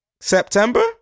September